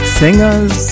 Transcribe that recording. singers